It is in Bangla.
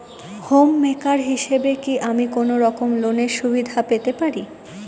হোম মেকার হিসেবে কি আমি কোনো রকম লোনের সুবিধা পেতে পারি?